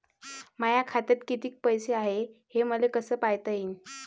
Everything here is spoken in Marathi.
माया खात्यात कितीक पैसे हाय, हे मले कस पायता येईन?